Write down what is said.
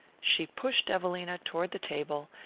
she pushed evelina toward the table,